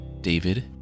David